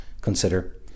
consider